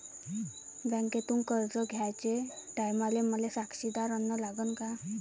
बँकेतून कर्ज घ्याचे टायमाले मले साक्षीदार अन लागन का?